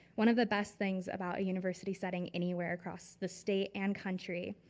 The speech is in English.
one of the best things about university setting anywhere across the state and country,